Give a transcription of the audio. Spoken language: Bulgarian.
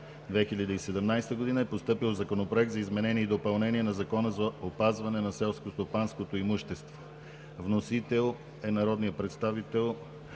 2017 г. е постъпил Законопроект за изменение и допълнение на Закона за опазване на селското стопанско имущество. Вносители са народният представител